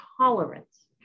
tolerance